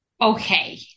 Okay